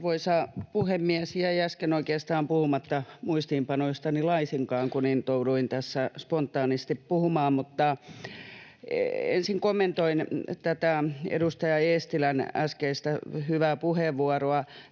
Arvoisa puhemies! Jäi äsken oikeastaan puhumatta muistiinpanoistani laisinkaan, kun intouduin tässä spontaanisti puhumaan, mutta ensin kommentoin tätä edustaja Eestilän äskeistä hyvää puheenvuoroa.